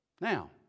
Now